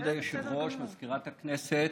כבוד היושב-ראש, מזכירת הכנסת,